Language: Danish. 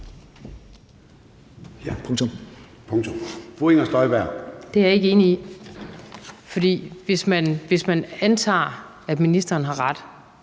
Støjberg. Kl. 14:31 Inger Støjberg (DD): Det er jeg ikke enig i. For hvis man antager, at ministeren har ret,